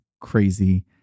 crazy